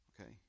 Okay